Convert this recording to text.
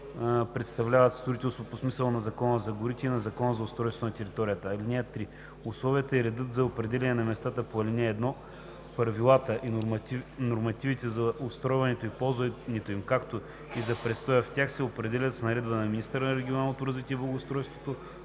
представляват строителство по смисъла на Закона за горите и на Закона за устройство на територията. (3) Условията и редът за определяне на местата по ал. 1, правилата и нормативите за устройването и ползването им, както и за престоя в тях се определят с наредба на министъра на регионалното развитие и благоустройството,